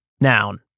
Noun